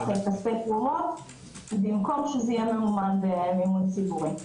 כספי תרומות במקום שזה יהיה ממומן במימון ציבורי.